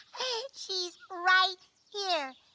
she's right here.